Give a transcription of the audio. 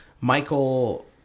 michael